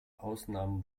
ausnahmen